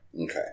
Okay